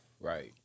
Right